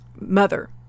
mother